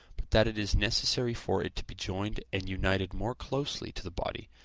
but that it is necessary for it to be joined and united more closely to the body,